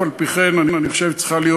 ואף-על-פי-כן אני חושב שהיא צריכה להיות